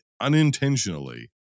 unintentionally